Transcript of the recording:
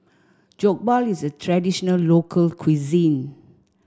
Jokbal is a traditional local cuisine